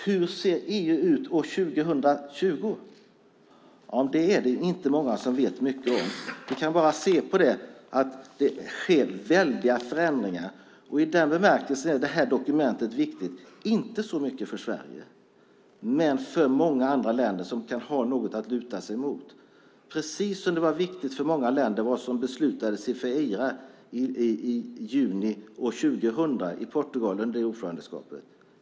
Hur ser EU ut år 2020? Det är det inte många som vet så mycket om. Det sker väldiga förändringar. I den bemärkelsen är det här dokumentet viktigt inte så mycket för Sverige som för många andra länder för att ha något att luta sig mot. Det är precis som det var viktigt för många länder vad som beslutades i Feira i juni år 2000 i Portugal under dess ordförandeskap.